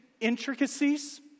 intricacies